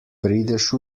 prideš